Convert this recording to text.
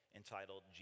entitled